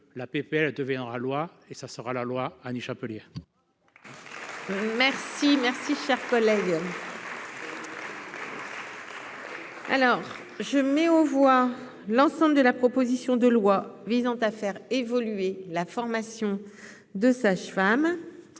la PPL, elle deviendra loi et ça sera la loi Annie Chapelier. Merci, merci, cher collègue. Alors je mets aux voix l'ensemble de la proposition de loi visant à faire évoluer la formation de sages-femmes